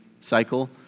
cycle